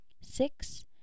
Six